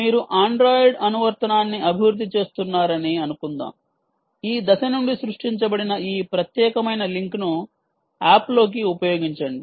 మీరు ఆండ్రాయిడ్ అనువర్తనాన్ని అభివృద్ధి చేస్తున్నారని అనుకుందాం ఈ దశ నుండి సృష్టించబడిన ఈ ప్రత్యేకమైన లింక్ను ఆప్లోకి ఉపయోగించండి